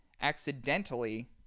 accidentally